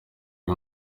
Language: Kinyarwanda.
uyu